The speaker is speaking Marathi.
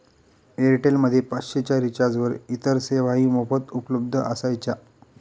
एअरटेल मध्ये पाचशे च्या रिचार्जवर इतर सेवाही मोफत उपलब्ध असायच्या